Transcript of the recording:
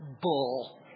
bull